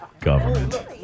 Government